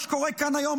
מה שקורה כאן היום,